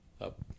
up